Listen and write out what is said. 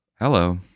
Hello